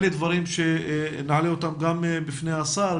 אלה דברים שנעלה אותם גם בפני השר,